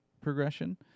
progression